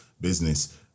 business